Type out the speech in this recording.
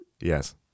yes